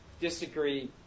disagree